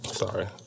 Sorry